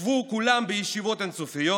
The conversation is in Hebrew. ישבו כולם בישיבות אין-סופיות